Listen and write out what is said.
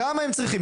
כמה הם צריכים?